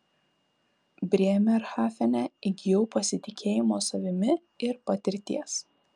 brėmerhafene įgijau pasitikėjimo savimi ir patirties